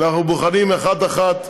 אנחנו בוחנים אחת-אחת,